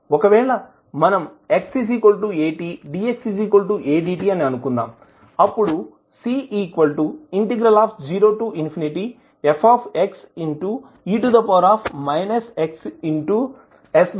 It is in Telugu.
ఒకవేళ మనం x at dx a dt అని అనుకుందాం అప్పుడు c0fxe xsadxఅవుతుంది